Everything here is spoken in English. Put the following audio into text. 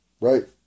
right